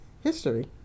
history